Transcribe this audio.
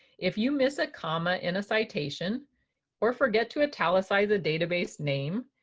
if you miss a comma in a citation or forget to italicize the database name,